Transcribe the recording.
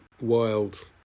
wild